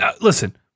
Listen